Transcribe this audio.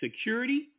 security